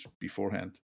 beforehand